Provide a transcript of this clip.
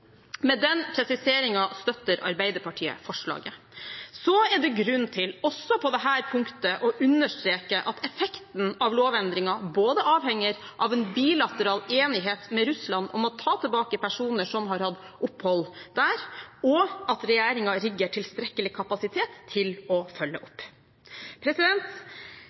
Med den presiseringen støtter Arbeiderpartiet forslaget. Det er grunn til også på dette punktet å understreke at effekten av lovendringen avhenger både av en bilateral enighet med Russland om å ta tilbake personer som har hatt opphold der, og av at regjeringen rigger tilstrekkelig kapasitet til å følge opp.